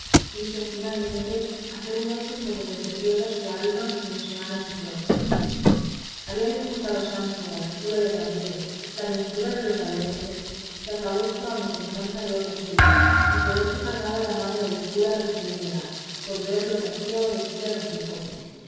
quiso finalmente hacer un hecho por donde se pierda su alma y no se gane su cuerpo habíales contado sancho al cura y al barbero la aventura de los galeotes que acabó su amo con tanta gloria suya y por esto cargaba la mano el cura refiriéndola por ver lo que hacía o decía don quijote